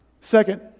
Second